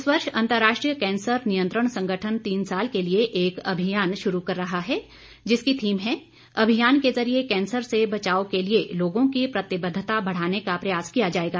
इस वर्ष अंतर्राष्ट्रीय कैंसर नियंत्रण संगठन तीन साल के लिए एक अभियान शुरू कर रहा है जिसकी थीम है अभियान के जरिये कैंसर से बचाव के लिए लोगों की प्रतिबद्धता बढ़ाने का प्रयास किया जाएगा